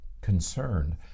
concerned